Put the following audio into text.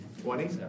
Twenty